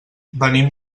venim